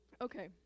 okay